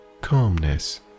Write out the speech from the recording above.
calmness